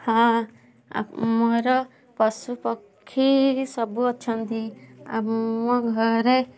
ହଁ ମୋର ପଶୁ ପକ୍ଷୀ ସବୁ ଅଛନ୍ତି ଆମ ଘରେ